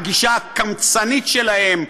הגישה הקמצנית שלהן,